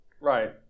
Right